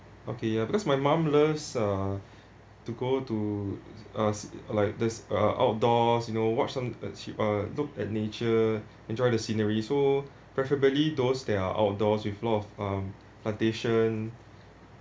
okay ya because my mom loves uh to go to uh like this uh outdoors you know watch some uh uh look at nature enjoy the scenery so preferably those that are outdoors with lot of um plantation